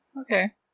okay